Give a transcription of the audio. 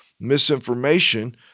misinformation